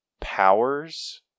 powers